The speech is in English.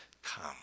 come